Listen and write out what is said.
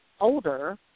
older